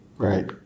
Right